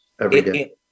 Everyday